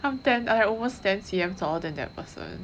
I'm ten I almost ten cm taller than that person